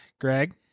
Greg